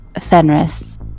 Fenris